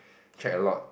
check a lot